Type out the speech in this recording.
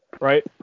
right